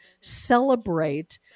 celebrate